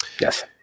Yes